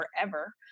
forever